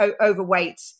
overweight